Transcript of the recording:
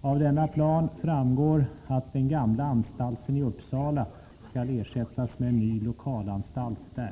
Av denna plan framgår att den gamla anstalten i Uppsala skall ersättas med en ny lokalanstalt där.